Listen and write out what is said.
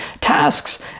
tasks